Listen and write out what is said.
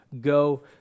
go